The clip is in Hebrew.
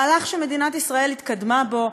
מהלך שמדינת ישראל התקדמה בו,